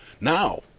Now